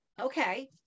okay